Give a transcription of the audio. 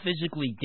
physically